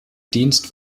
dienst